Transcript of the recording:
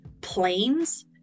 planes